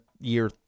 year